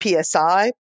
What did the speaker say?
PSI